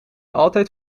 altijd